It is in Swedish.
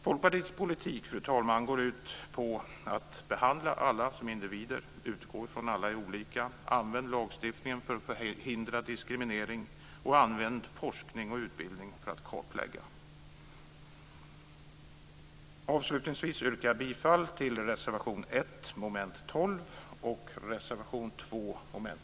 Folkpartiets politik, fru talman, går ut på att behandla alla som individer, att utgå från att alla är olika, att använda lagstiftningen för att förhindra diskriminering och att använda forskning och utbildning för kartläggning. Avslutningsvis yrkar jag bifall till reservation 1